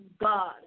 God